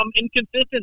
inconsistent